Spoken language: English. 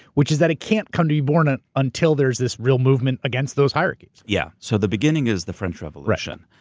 which is that it can't come to be born ah until there's this real movement against those hierarchies. yeah. so the beginning is the french revolution.